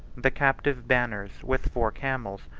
the captive banners, with four camels,